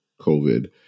COVID